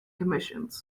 commissions